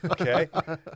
okay